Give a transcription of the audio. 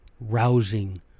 rousing